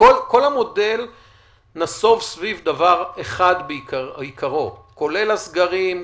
כל המודל נסוב סביב דבר אחד בעיקרו, כולל הסגרים,